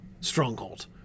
Stronghold